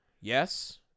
Yes